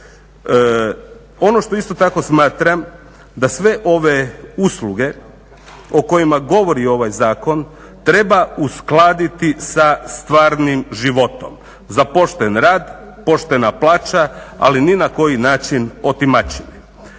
Ono što isto tako smatram, da sve ove usluge o kojima govori ovaj zakon treba uskladiti sa stvarnim životom. Za pošten rad poštena plaća, ali ni na koji način otimačine.